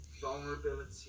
vulnerability